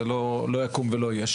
זה לא יקום ולא יהיה.